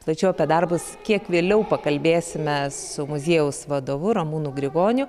plačiau apie darbus kiek vėliau pakalbėsime su muziejaus vadovu ramūnu grigoniu